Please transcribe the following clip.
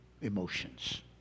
emotions